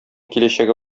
киләчәге